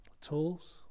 tools